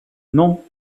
non